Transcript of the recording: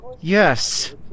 Yes